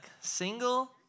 single